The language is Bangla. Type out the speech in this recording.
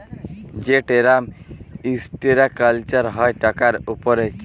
যে টেরাম ইসটেরাকচার হ্যয় টাকার উপরে